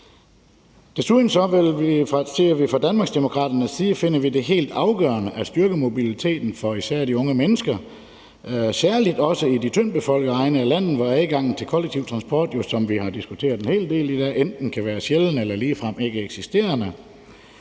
Desuden finder vi det fra Danmarksdemokraternes side helt afgørende at styrke mobiliteten for især de unge mennesker, særlig i det tyndt befolkede egne af landet, hvor adgangen til kollektiv transport jo, hvad vi har diskuteret en hel del i dag, enten kan være sjælden eller ligefrem ikkeeksisterende.